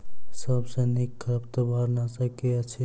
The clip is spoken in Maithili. सबसँ नीक खरपतवार नाशक केँ अछि?